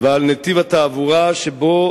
ועל נתיב התעבורה שבו